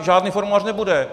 Žádný formulář nebude.